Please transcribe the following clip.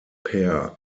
per